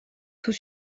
tout